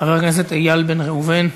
חבר הכנסת מנואל טרכטנברג,